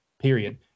period